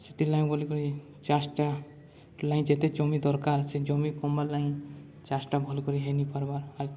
ସେଥିର୍ ଲାଗି ବୋଲିିକରି ଚାଷଟା ଲାଇ ଯେତେ ଜମି ଦରକାର ସେ ଜମି ଚାଷଟା ଭଲ କରି ହେଇନି ପାର୍ବା ଆର୍